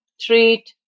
treat